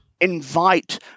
invite